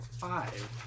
five